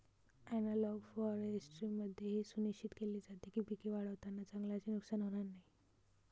analogue फॉरेस्ट्रीमध्ये हे सुनिश्चित केले जाते की पिके वाढवताना जंगलाचे नुकसान होणार नाही